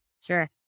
Sure